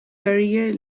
career